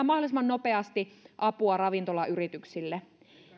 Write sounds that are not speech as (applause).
(unintelligible) mahdollisimman nopeasti apua ravintolayrityksille